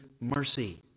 mercy